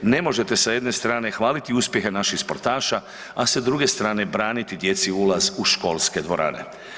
Ne možete sa jedne strane hvaliti uspjehe naših sportaša a sa druge strane braniti djeci ulaz u školske dvorane.